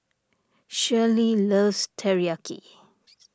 Schley loves Teriyaki